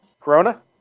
Corona